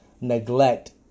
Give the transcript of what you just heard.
neglect